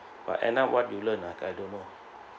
but end up what you learn ah I don't know